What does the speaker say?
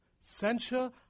censure